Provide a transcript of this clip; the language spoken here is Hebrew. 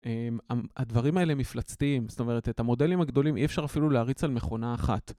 הדברים האלה מפלצתיים, זאת אומרת את המודלים הגדולים אי אפשר אפילו להריץ על מכונה אחת.